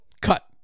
cut